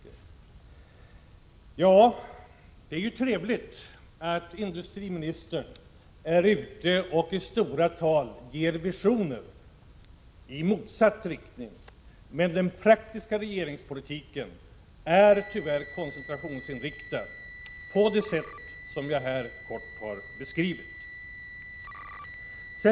Det är ju i och för sig trevligt att industriministern är ute och i stora tal ger visioner i motsatt riktning, men den praktiska regeringspolitiken är tyvärr koncentrationsinriktad på det sätt som jag här kort har beskrivit.